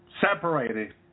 separated